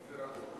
אופיר אקוניס.